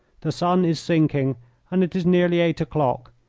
the sun is sinking and it is nearly eight o'clock.